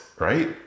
Right